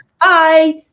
Bye